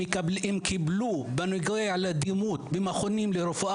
קיבלו על הדימות במכונים לרפואה